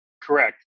Correct